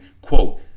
quote